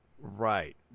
Right